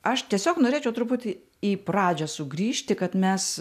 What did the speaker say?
aš tiesiog norėčiau truputį į pradžią sugrįžti kad mes